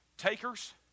takers